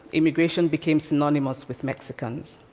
immigration became synonymous with mexicans.